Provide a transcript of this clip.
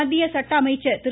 மத்திய சட்ட அமைச்சர் திரு